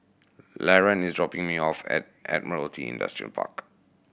Laron is dropping me off at at Admiralty Industrial Park